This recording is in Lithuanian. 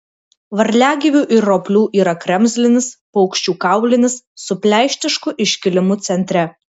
varliagyvių ir roplių yra kremzlinis paukščių kaulinis su pleištišku iškilimu centre